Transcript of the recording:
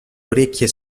orecchie